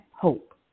hope